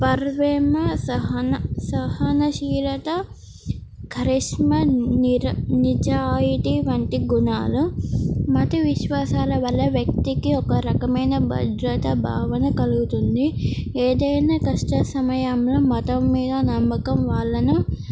పర్వేమ సహన సహనశీలత కరిష్మ నిర నిజాయితీ వంటి గుణాలు మత విశ్వాసాల వల్ల వ్యక్తికి ఒక రకమైన భద్రత భావన కలుగుతుంది ఏదైనా కష్ట సమయంలో మతం మీద నమ్మకం వాళ్ళను